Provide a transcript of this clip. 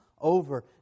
over